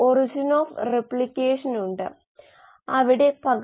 r പൂജ്യം minus r 1 minus r 2 ബാക്കി പദങ്ങൾ പൂജ്യമാണ് S